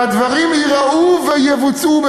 והדברים ייראו ויבוצעו,